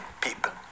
people